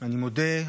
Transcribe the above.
אני מודה.